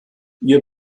ihr